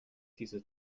diese